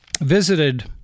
visited